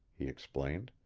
he explained.